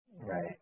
Right